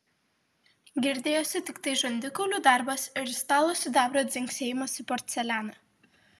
girdėjosi tiktai žandikaulių darbas ir stalo sidabro dzingsėjimas į porcelianą